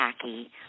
tacky